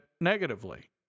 negatively